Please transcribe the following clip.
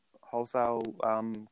wholesale